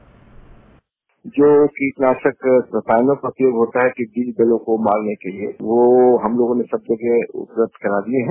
bite जो कीटनाशक रसायनों का उपयोग होता है टिड्डी दलों को मारने के लिये वह हम लोगों ने सब जगह उपलब्ध करा दिये हैं